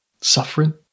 suffering